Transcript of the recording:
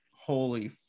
holy